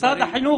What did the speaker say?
משרד החינוך